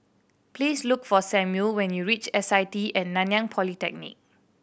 please look for Samual when you reach S I T At Nanyang Polytechnic